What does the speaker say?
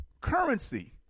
currency